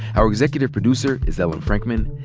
our executive producer is ellen frankman.